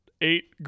eight